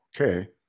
okay